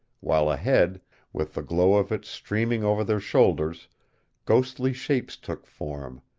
while ahead with the glow of it streaming over their shoulders ghostly shapes took form,